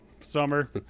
Summer